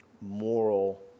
moral